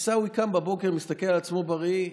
עיסאווי קם בבוקר, מסתכל על עצמו בראי,